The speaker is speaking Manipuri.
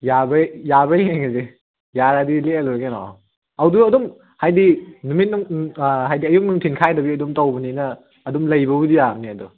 ꯌꯥꯕ꯭ꯔꯥ ꯌꯥꯕ꯭ꯔꯥ ꯌꯦꯡꯉꯁꯦ ꯌꯥꯔꯗꯤ ꯂꯦꯛꯑ ꯂꯣꯏꯔꯦ ꯀꯩꯅꯣ ꯑꯗꯨꯗ ꯑꯗꯨꯝ ꯍꯥꯏꯗꯤ ꯅꯨꯃꯤꯠ ꯍꯥꯏꯗꯤ ꯑꯌꯨꯛ ꯅꯨꯡꯊꯤꯜ ꯈꯥꯏꯗꯕꯤ ꯑꯗꯨꯝ ꯇꯧꯕꯅꯤꯅ ꯑꯗꯨꯝ ꯂꯩꯕꯕꯨꯗꯤ ꯌꯥꯕꯅꯦ ꯑꯗꯣ